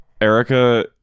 Erica